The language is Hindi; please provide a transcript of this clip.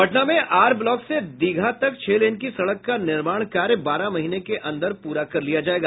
पटना में आर ब्लॉक से दीघा तक छह लेन की सड़क का निर्माण कार्य बारह महीने के अंदर पूरा कर लिया जायेगा